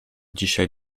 dzisiaj